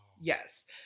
Yes